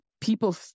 people